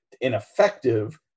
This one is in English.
ineffective